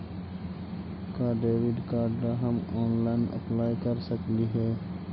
का debit card ला हम ऑनलाइन अप्लाई कर सकली हे?